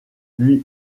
lui